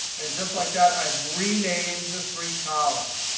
and just like that, i've renamed the three columns.